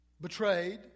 betrayed